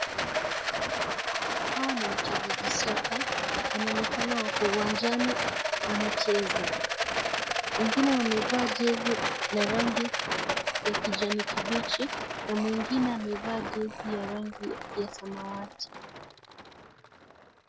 Hawa ni wachezaji soka . Wanaonekana wako uwanjani wanacheza. Wengine wamevaa jezi za rangi ya kijani kibichi na mwingine amevaa jezi ya rangi ya samawati.